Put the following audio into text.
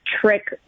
trick